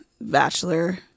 bachelor